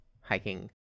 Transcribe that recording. hiking